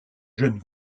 jeune